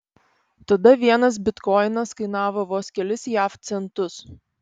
tada vienas bitkoinas kainavo vos kelis jav centus